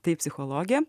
tai psichologė